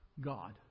God